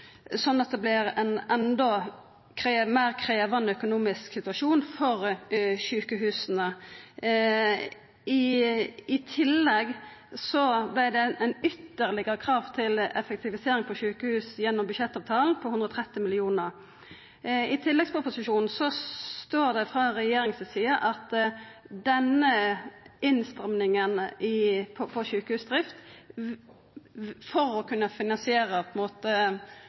det vert ein endå meir krevjande økonomisk situasjon for sjukehusa. I tillegg vart det eit ytterlegare krav til effektivisering ved sjukehusa gjennom budsjettavtalen –130 mill. kr. I tilleggsproposisjonen står det at denne innstramminga i sjukehusdrifta for å kunna finansiera